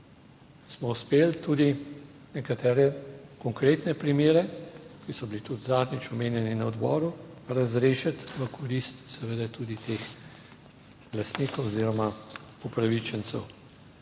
smo uspeli tudi nekatere konkretne primere, ki so bili tudi zadnjič omenjeni na odboru, razrešiti v korist seveda tudi teh lastnikov oziroma upravičencev.